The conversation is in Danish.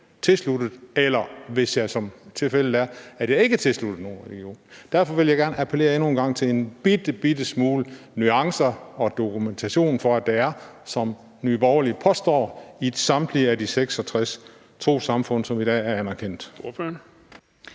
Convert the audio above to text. eller hvis jeg, som tilfældet er, ikke er tilsluttet nogen religion. Derfor vil jeg endnu en gang gerne appellere til en lillebitte smule nuancer og dokumentation for, at det er, som Nye Borgerlige påstår, i samtlige af de 66 trossamfund, som i dag er anerkendte.